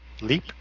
Leap